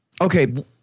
Okay